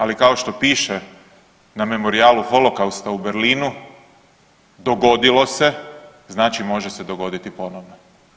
Ali kao što piše na memorijalu Holokausta u Berlinu dogodilo se, znači može se dogoditi ponovno.